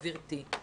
גבירתי,